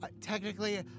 technically